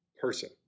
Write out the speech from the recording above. person